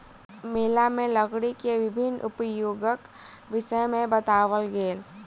मेला में लकड़ी के विभिन्न उपयोगक विषय में बताओल गेल